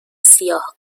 سیاه